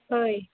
फै